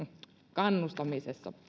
kannustamisessa